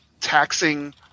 taxing